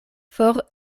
for